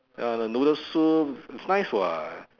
ya the noodle soup it's nice [what]